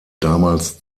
damals